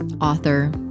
author